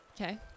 okay